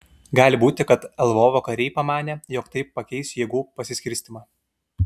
gali būti kad lvovo kariai pamanė jog tai pakeis jėgų pasiskirstymą